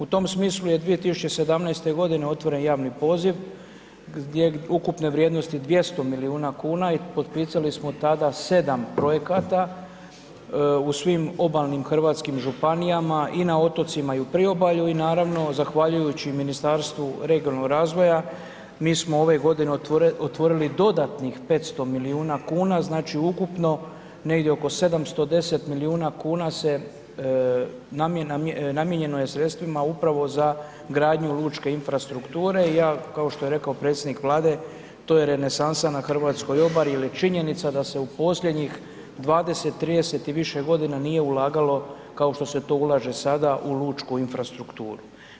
U tom smislu je 2017. g. otvoren javni poziv ukupne vrijednosti 200 milijuna kuna i potpisali smo tada 7 projekata u svim obalnim hrvatskim županijama i na otocima i u priobalju i naravno, zahvaljujući Ministarstvu regionalnog razvoja, mi smo ove godine otvorili dodatnih 500 milijuna kuna, znači ukupno negdje oko 710 milijuna kuna namijenjeno je sredstva upravo za gradnju lučke infrastrukture i ja kao što je rekao predsjednik Vlade, to je renesansa na hrvatskoj obali jer je činjenica da se u posljednjih 20, 30 i više godina nije ulagalo kao što se to ulaže sada u lučku infrastrukturu.